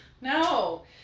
No